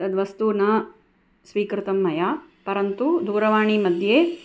तद् वस्तु न स्वीकृतं मया परन्तु दूरवाणी मध्ये